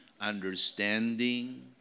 understanding